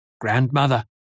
Grandmother